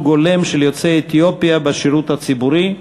ההולם של בני העדה האתיופית בשירות הציבורי.